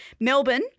Melbourne